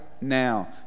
now